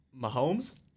Mahomes